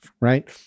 right